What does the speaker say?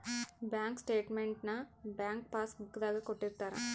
bank statement ನ bank passbook ದಾಗ ಕೊಟ್ಟಿರ್ತಾರ